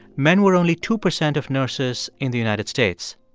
men were only two percent of nurses in the united states.